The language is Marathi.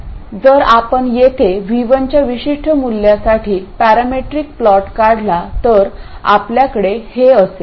जर आपण येथे V1 च्या विशिष्ट मूल्यासाठी पॅरामीट्रिक प्लॉट काढला तर आपल्याकडे हे असेल